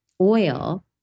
oil